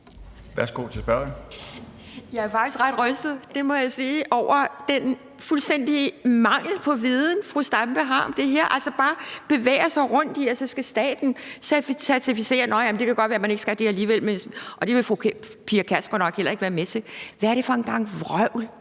Kjærsgaard (DF): Jeg er faktisk ret rystet, det må jeg sige, over den fuldstændige mangel på viden, fru Zenia Stampe har om det her; altså at hun bare bevæger sig rundt i, at så skal staten certificere, men nå ja, det kan godt være, at man ikke skal det alligevel, og det vil fru Pia Kjærsgaard nok heller ikke være med til. Hvad er det for en gang vrøvl?